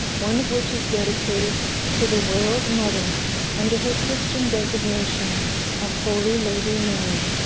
one of which is dedicated to the world mother under her christian designation of holy lady mary.